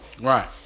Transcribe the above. Right